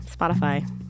Spotify